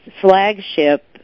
flagship